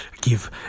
give